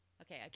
Okay